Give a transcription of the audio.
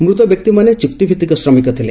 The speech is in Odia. ମୃତ ବ୍ୟକ୍ତିମାନେ ଚୁକ୍ତିଭିତିକ ଶ୍ରମିକ ଥିଲେ